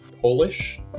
Polish